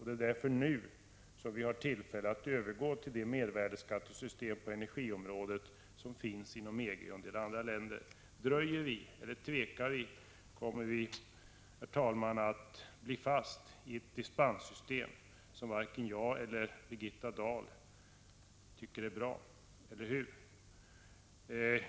Det är därför nu som vi har tillfälle att övergå till det mervärdeskattesystem på energiområdet som finns inom EG och en del andra länder. Dröjer vi, eller tvekar vi, kommer vi, herr talman, att bli fast i ett dispenssystem som varken jag eller Birgitta Dahl tycker är bra — eller hur?